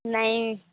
नहीं